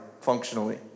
functionally